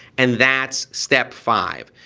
and that's step five.